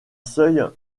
seuil